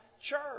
church